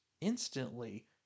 instantly